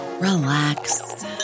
relax